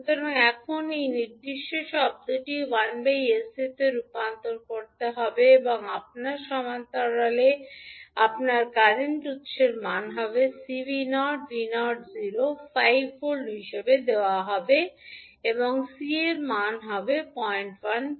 সুতরাং এখন এই নির্দিষ্ট শব্দটি 1 Sc তে রূপান্তরিত হবে এবং আপনার সমান্তরালে আপনার কারেন্ট উত্সের মান হবে 𝐶𝑣𝑜 𝑣𝑜 5 ভোল্ট হিসাবে দেওয়া হবে C দেওয়া হবে 01 F